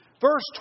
Verse